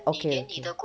okay okay